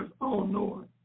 all-knowing